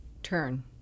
turn